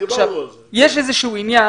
יש איזשהו עניין